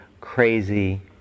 crazy